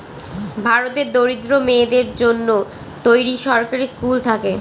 ভারতের দরিদ্র মেয়েদের জন্য তৈরী সরকারি স্কুল থাকে